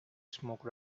smoke